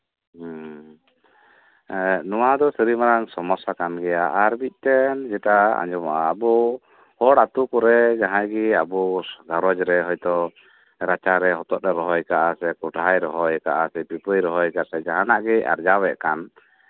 ᱦᱮᱸ ᱱᱚᱶᱟ ᱫᱚ ᱥᱟᱹᱨᱤ ᱢᱟᱲᱟᱝ ᱥᱚᱢᱚᱥᱥᱟ ᱠᱟᱱ ᱜᱮᱭᱟ ᱟᱨ ᱢᱤᱫᱴᱮᱱ ᱡᱮᱴᱟ ᱟᱸᱡᱚᱢᱚᱜᱼᱟ ᱟᱵᱚ ᱦᱚᱲ ᱟᱹᱛᱩ ᱠᱚᱨᱮ ᱡᱟᱦᱟᱸᱭ ᱜᱮ ᱟᱵᱚ ᱜᱷᱟᱸᱨᱚᱡᱽ ᱨᱮ ᱫᱷᱚᱨᱚ ᱨᱟᱪᱟ ᱨᱮ ᱦᱚᱛᱚᱫ ᱮ ᱨᱚᱦᱚᱭ ᱟᱠᱟᱫᱼᱟ ᱥᱮ ᱠᱚᱱᱰᱷᱟᱭ ᱨᱚᱦᱚᱭ ᱟᱠᱟᱫᱼᱟ ᱥᱮ ᱯᱤᱯᱟᱭ ᱨᱚᱦᱚᱭ ᱟᱠᱟᱫᱼᱟ ᱡᱟᱦᱟᱱᱟᱜ ᱜᱮ ᱟᱨᱡᱟᱣᱭᱮᱫ ᱠᱟᱱ